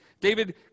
David